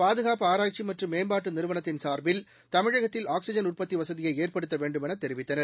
பாதுகாப்பு ஆராய்ச்சி மற்றும் மேம்பாட்டு நிறுவனத்தின் சா்பில் தமிழகத்தில் ஆக்சிஜன் உற்பத்தி வசதியை ஏற்படுத்த வேண்டுமென தெரிவித்தனர்